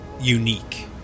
unique